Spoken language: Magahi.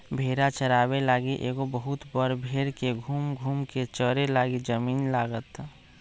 भेड़ा चाराबे लागी एगो बहुत बड़ भेड़ के घुम घुम् कें चरे लागी जमिन्न लागत